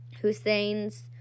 Hussein's